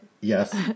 Yes